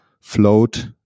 float